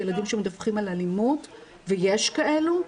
ילדים שמדווחים על אלימות ויש כאלו,